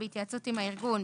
בהתייעצות עם הארגון,